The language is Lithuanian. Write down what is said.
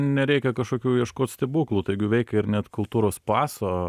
nereikia kažkokių ieškot stebuklų taigi veikia ir net kultūros paso